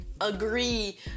agree